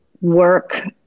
work